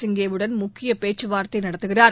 சிங்கே வுடன் முக்கிய பேச்சுவார்த்தை நடத்துகிறார்